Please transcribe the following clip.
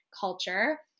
culture